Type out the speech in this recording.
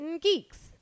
Geeks